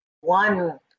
one